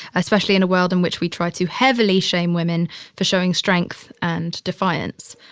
especially in a world in which we try to heavily shame women for showing strength and defiance.